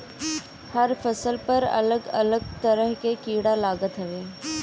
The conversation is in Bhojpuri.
हर फसल पर अलग अलग तरह के कीड़ा लागत हवे